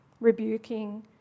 rebuking